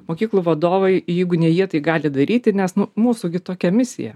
mokyklų vadovai jeigu ne jie tai gali daryti nes nu mūsų gi tokia misija